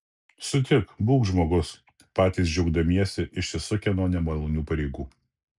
sutik būk žmogus patys džiaugdamiesi išsisukę nuo nemalonių pareigų